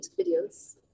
videos